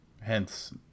hence